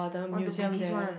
oh the Bugis one